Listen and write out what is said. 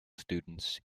students